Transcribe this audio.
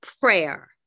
prayer